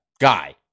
guy